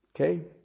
Okay